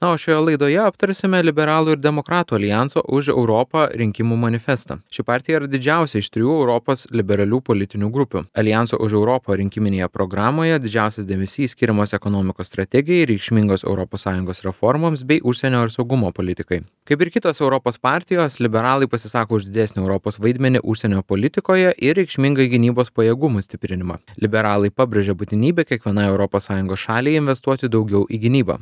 na o šioje laidoje aptarsime liberalų ir demokratų aljanso už europą rinkimų manifestą ši partija yra didžiausia iš trijų europos liberalių politinių grupių aljanso už europą rinkiminėje programoje didžiausias dėmesys skiriamas ekonomikos strategijai reikšmingas europos sąjungos reformoms bei užsienio ir saugumo politikai kaip ir kitos europos partijos liberalai pasisako už didesnį europos vaidmenį užsienio politikoje ir reikšmingą gynybos pajėgumų stiprinimą liberalai pabrėžia būtinybę kiekvienai europos sąjungos šaliai investuoti daugiau į gynybą